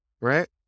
right